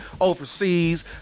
overseas